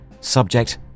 Subject